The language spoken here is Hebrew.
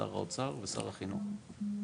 שר האוצר ושר החינוך,